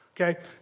okay